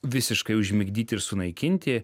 visiškai užmigdyt ir sunaikinti